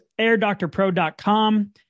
AirDoctorPro.com